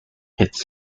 its